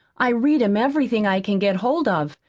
i read him everything i can get hold of,